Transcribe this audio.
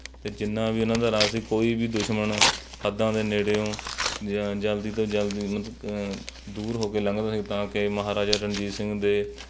ਅਤੇ ਜਿੰਨਾ ਵੀ ਉਹਨਾਂ ਦਾ ਰਾਜ ਸੀ ਕੋਈ ਵੀ ਦੁਸ਼ਮਣ ਹੱਦਾਂ ਦੇ ਨੇੜਿਓਂ ਜ ਜਲਦੀ ਤੋਂ ਜਲਦੀ ਉਨ੍ਹਾਂ ਤੱਕ ਦੂਰ ਹੋ ਕੇ ਲੰਘਦਾ ਸੀ ਤਾਂ ਕਿ ਮਹਾਰਾਜਾ ਰਣਜੀਤ ਸਿੰਘ ਦੇ